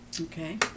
Okay